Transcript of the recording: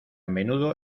menudo